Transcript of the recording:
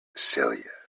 celia